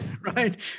right